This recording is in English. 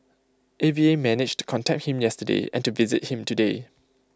A V A managed to contact him yesterday and to visit him today